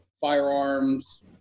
firearms